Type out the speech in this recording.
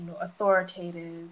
authoritative